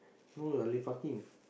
no we're lepaking